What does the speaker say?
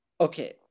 Okay